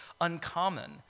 uncommon